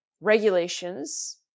regulations